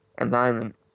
environment